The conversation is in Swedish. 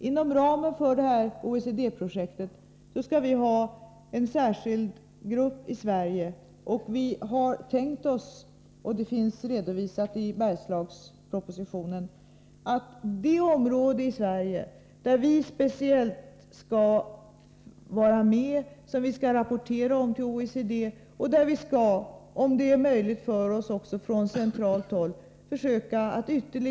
Inom ramen för OECD-projektet skall en särskild grupp representera Sverige. Vi har tänkt oss — det redovisas, som sagt, i Bergslagspropositionen — att rapporten från Sverige speciellt skall gälla Norberg, Skinnskatteberg och Fagersta. Om det är möjligt skall även vi från centralt håll försöka hjälpa till.